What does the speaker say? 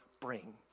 bring